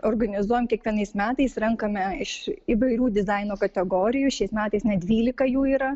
organizuojam kiekvienais metais renkame iš įvairių dizaino kategorijų šiais metais net dvylika jų yra